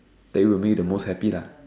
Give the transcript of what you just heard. that would make you the most happy lah